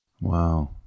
wow